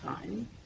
time